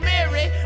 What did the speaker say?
Mary